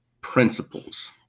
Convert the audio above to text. principles